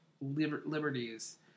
liberties